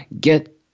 get